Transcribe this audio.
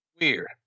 Weird